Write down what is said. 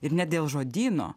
ir ne dėl žodyno